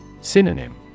Synonym